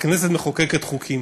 הכנסת מחוקקת חוקים,